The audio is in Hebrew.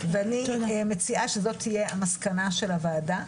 ואני מציעה שזו תהיה המסקנה של הוועדה.